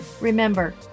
remember